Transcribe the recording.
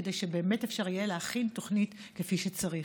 כדי שבאמת אפשר יהיה להכין תוכנית כפי שצריך.